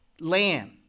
lamb